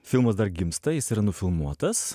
filmas dar gimsta jis yra nufilmuotas